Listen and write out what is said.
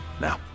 Now